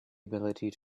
ability